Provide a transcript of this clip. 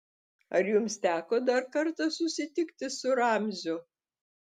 ar jums teko dar kartą susitikti su ramziu